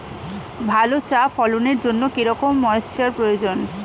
ভালো চা ফলনের জন্য কেরম ময়স্চার প্রয়োজন?